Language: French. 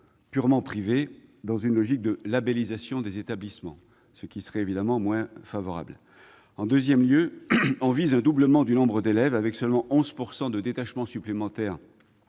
purement privé, dans une logique de " labellisation " des établissements, ce qui serait évidemment moins favorable ?« En deuxième lieu, on vise un doublement du nombre d'élèves, avec seulement 11 % de détachements supplémentaires